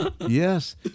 Yes